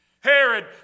Herod